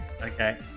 Okay